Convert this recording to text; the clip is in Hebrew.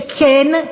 שכן,